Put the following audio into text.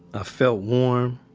ah felt warm.